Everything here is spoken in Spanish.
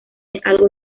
algo